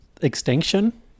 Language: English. extinction